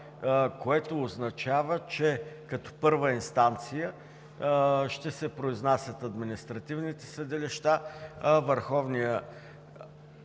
което означава, че като първа инстанция ще се произнасят административните съдилища, а Върховният